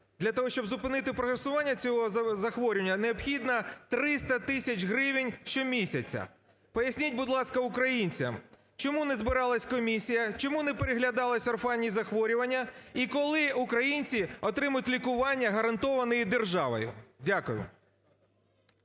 для того, щоб зупинити прогресування цього захворювання, необхідно 300 тисяч гривень щомісяця. Поясніть, будь ласка, українцям чому не збиралась комісія, чому не переглядалися орфанні захворювання і коли українці отримають лікування гарантовані державою? Дякую.